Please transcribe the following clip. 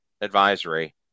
advisory